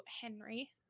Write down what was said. Henry